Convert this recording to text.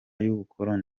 y’ubukoloni